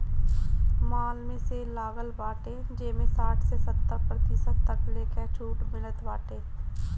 माल में सेल लागल बाटे जेमें साठ से सत्तर प्रतिशत तकले कअ छुट मिलत बाटे